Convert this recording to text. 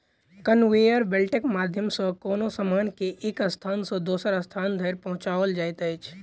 conveyor बेल्टक माध्यम सॅ कोनो सामान के एक स्थान सॅ दोसर स्थान धरि पहुँचाओल जाइत अछि